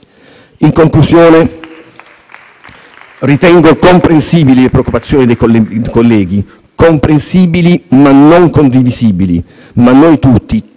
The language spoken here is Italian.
In conclusione, ritengo comprensibili le preoccupazioni dei colleghi: comprensibili ma non condivisibili. Noi tutti, tutti,